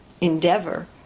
endeavor